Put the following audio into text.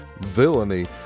villainy